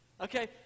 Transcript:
Okay